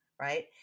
right